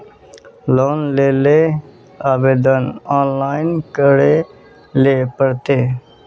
Loan लेले आवेदन online करे ले पड़ते?